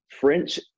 French